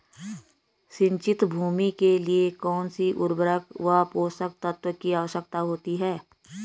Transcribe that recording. सिंचित भूमि के लिए कौन सी उर्वरक व पोषक तत्वों की आवश्यकता होती है?